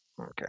okay